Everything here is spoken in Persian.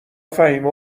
فهیمه